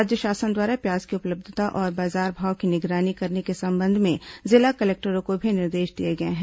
राज्य शासन द्वारा प्याज की उपलब्यता और बाजार भाव की निगरानी करने के संबंध में जिला कलेक्टरों को भी निर्देश दिए गए हैं